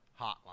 hotline